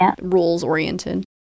rules-oriented